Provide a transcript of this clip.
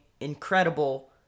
incredible